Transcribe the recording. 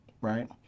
right